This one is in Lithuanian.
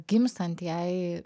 gimstant jai